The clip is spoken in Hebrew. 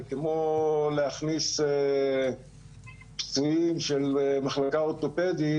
זה כמו להכניס פצועים של מחלקה אורתופדית